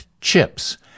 chips